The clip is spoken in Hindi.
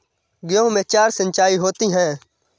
गेहूं में चार सिचाई होती हैं